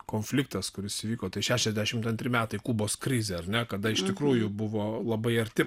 konfliktas kuris įvyko tai šešiasdešimt antri metai kubos krizė ar ne kada iš tikrųjų buvo labai arti